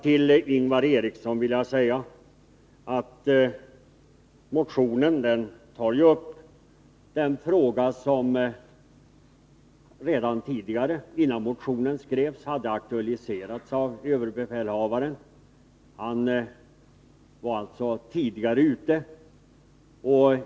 Till Ingvar Eriksson vill jag säga att motionen tar upp en fråga som redan innan motionen skrevs hade aktualiserats av överbefälhavaren. Han var alltså ute tidigare.